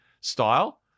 style